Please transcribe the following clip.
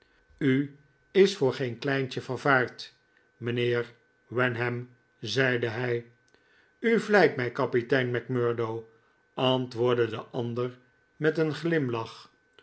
u is voor geen kleintje vervaard mijnheer wenham zeide hij u vleit mij kapitein macmurdo antwoordde de ander met een glimlach